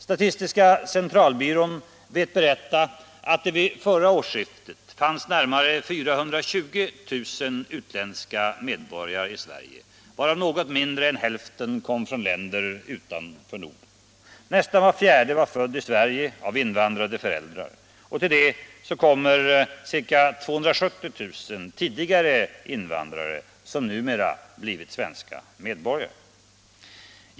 Statistiska centralbyrån vet berätta att det vid förra årsskiftet fanns närmare 420 000 utländska medborgare i Sverige, varav något mindre än hälften kommit från länder utanför Norden. Nästan var fjärde var född i Sverige av invandrade föräldrar. Till det kommer ca 270 000 tidigare invandrare, som numera blivit svenska medborgare.